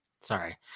Sorry